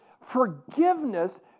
forgiveness